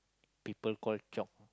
people call chiong